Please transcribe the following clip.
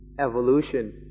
evolution